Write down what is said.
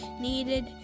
needed